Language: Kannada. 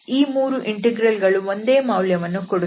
ಈ ಮೂರು ಇಂಟೆಗ್ರಲ್ ಗಳು ಒಂದೇ ಮೌಲ್ಯವನ್ನು ಕೊಡುತ್ತವೆ